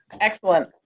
Excellent